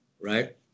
Right